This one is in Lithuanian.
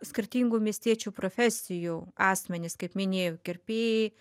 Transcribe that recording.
skirtingų miestiečių profesijų asmenis kaip minėjau kirpėjai